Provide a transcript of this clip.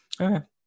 Okay